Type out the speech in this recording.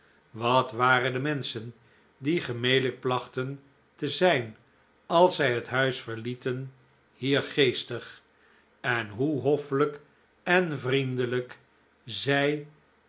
wat waren de menschen die gemelijk plachten te zijn als zij het huis verlieten hier geestig en hoe hoffelijk en vriendelijk zij